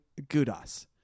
Gudas